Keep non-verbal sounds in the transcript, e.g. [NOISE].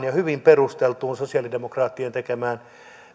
[UNINTELLIGIBLE] ja hyvin perusteltuun sosialidemokraattien tekemään